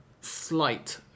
slight